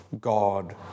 God